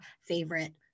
favorite